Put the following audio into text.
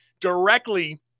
directly